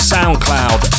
SoundCloud